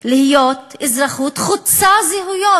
להיות אזרחות חוצה זהויות,